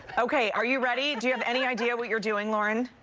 okay. are you ready you have any idea what you are doing, lauren?